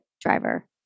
driver